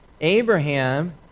Abraham